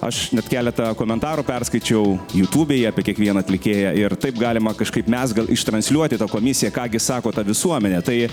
aš net keletą komentarų perskaičiau jutūbėj apie kiekvieną atlikėją ir taip galima kažkaip mes gal ištransliuoti ta komisija ką gi sako ta visuomenė tai